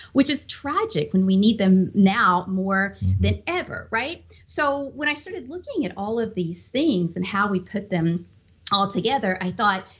which is tragic, when we need them now more than ever. so when i started looking at all of these things and how we put them all together, i thought,